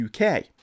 UK